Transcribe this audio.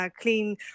clean